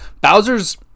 Bowser's